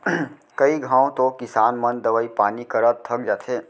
कई घंव तो किसान मन दवई पानी करत थक जाथें